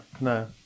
no